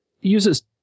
uses